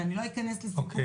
ואני לא אתן --- אוקיי.